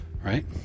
right